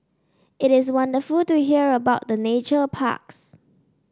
it is wonderful to hear about the nature parks